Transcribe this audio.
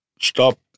stop